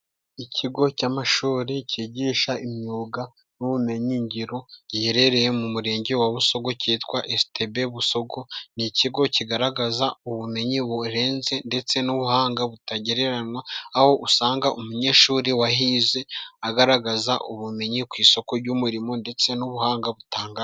Ikigo cy'amashuri kigisha imyuga n'ubumenyigiro giherereye mu murenge wa Busogo cyitwa Esitebe Busogo, ni ikigo kigaragaza ubumenyi burenze ndetse n'ubuhanga butagereranywa, aho usanga umunyeshuri wahize agaragaza ubumenyi ku isoko ry'umurimo, ndetse n'ubuhanga butanga.